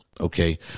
Okay